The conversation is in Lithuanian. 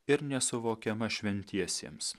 ir nesuvokiama šventiesiems